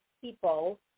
people